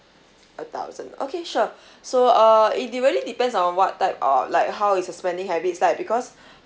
a thousand okay sure so uh it really depends on what type or like how is her spending habits like because